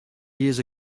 years